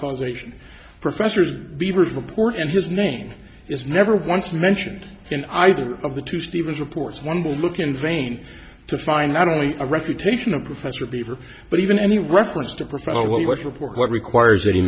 causation professor's beaver's report and his name is never once mentioned in either of the two stevens reports one will look in vain to find not only a refutation of professor beaver but even any reference to professor what was reported that